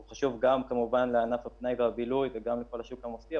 הוא חשוב גם כמובן לענף הפנאי והבילוי וגם לכל השוק המוסדי,